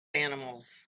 animals